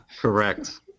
Correct